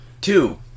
two